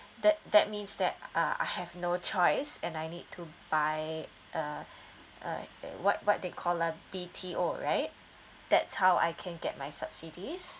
that that means that uh I have no choice and I need to buy uh uh uh what what they call ah B_T_O right that's how I can get my subsidies